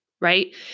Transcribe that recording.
right